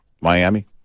Miami